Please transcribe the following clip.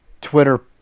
Twitter